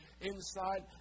inside